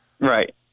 Right